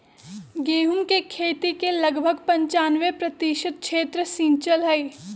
गेहूं के खेती के लगभग पंचानवे प्रतिशत क्षेत्र सींचल हई